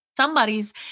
Somebody's